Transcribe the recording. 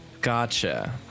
gotcha